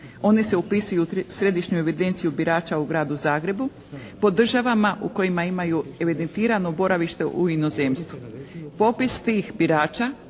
One se upisuju u Središnjoj evidenciji birača u Gradu Zagrebu po državama u kojima imaju evidentirano boravište u inozemstvu. Popis tih birača